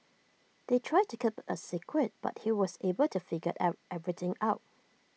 they tried to keep IT A secret but he was able to figure everything out